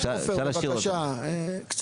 זה